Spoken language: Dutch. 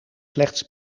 slechts